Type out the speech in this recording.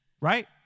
Right